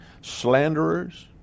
slanderers